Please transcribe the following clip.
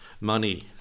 money